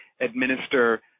administer